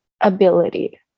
ability